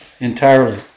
entirely